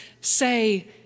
say